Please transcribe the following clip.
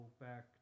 back